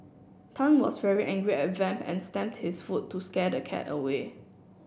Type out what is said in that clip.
tan was very angry at Vamp and stamped his foot to scare the cat away